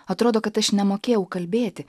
atrodo kad aš nemokėjau kalbėti